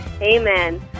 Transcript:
Amen